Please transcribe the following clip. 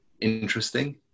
interesting